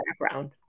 background